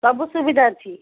ସବୁ ସୁବିଧା ଅଛି